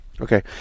Okay